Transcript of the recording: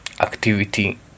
activity